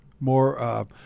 more